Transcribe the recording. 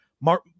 mark